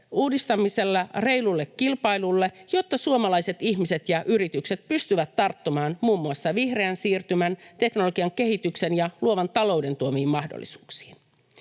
uudistamisella reilulle kilpailulle, jotta suomalaiset ihmiset ja yritykset pystyvät tarttumaan muun muassa vihreän siirtymän, teknologian kehityksen ja luovan talouden tuomiin mahdollisuuksiin.